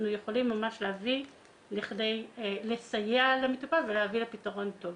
יכולים לסייע למטופל ולהביא לפתרון טוב.